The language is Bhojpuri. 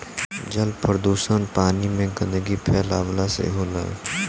जल प्रदुषण पानी में गन्दगी फैलावला से होला